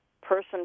person